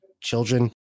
children